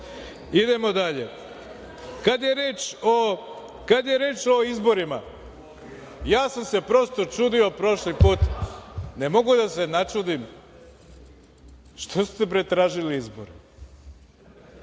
Doviđenja. Kada je reč o izborima, ja sam se prosto čudio prošli put. Ne mogu da se načudim. Što ste, bre, tražili izbore?